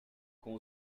com